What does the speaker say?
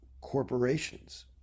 corporations